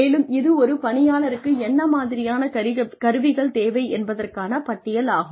மேலும் இது ஒரு பணியாளருக்கு என்ன மாதிரியான கருவிகள் தேவை என்பதற்கான பட்டியல் ஆகும்